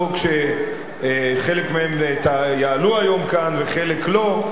שחלקן יעלו כאן היום וחלק לא,